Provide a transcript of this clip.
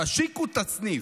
תשיקו את הסניף.